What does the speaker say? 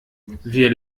wir